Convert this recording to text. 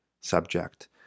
subject